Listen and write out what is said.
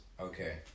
Okay